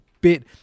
bit